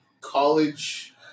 College